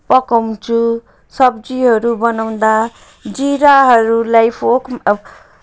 पकाउँछु सब्जीहरू बनाउँदा जिराहरूलाई फोक्